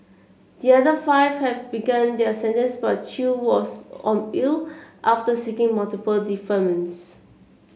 the other five have begun their sentences but Chew was on bail after seeking multiple deferments